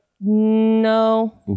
No